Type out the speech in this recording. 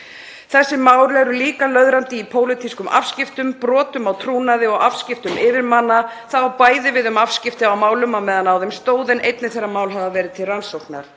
Þessi mál eru líka löðrandi í pólitískum afskiptum, brotum á trúnaði og afskiptum yfirmanna. Það á bæði við um afskipti af málum meðan á þeim stóð en einnig þegar mál hafa verið til rannsóknar.